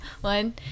one